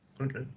Okay